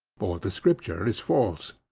or the scripture is false.